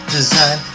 Design